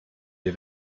wir